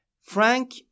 Frank